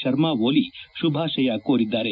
ಶರ್ಮಾ ಓಲಿ ಶುಭಾಶಯ ಕೋರಿದ್ದಾರೆ